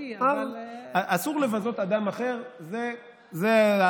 לא אותי, אבל, אסור לבזות אדם אחר, זאת ההלכה.